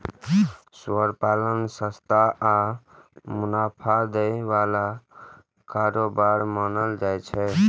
सुअर पालन सस्ता आ मुनाफा दै बला कारोबार मानल जाइ छै